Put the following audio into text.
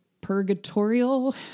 purgatorial